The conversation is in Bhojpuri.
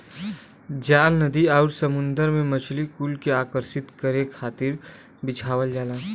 जाल नदी आउरी समुंदर में मछरी कुल के आकर्षित करे खातिर बिछावल जाला